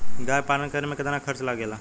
गाय पालन करे में कितना खर्चा लगेला?